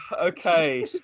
okay